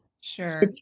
Sure